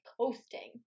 coasting